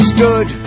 Stood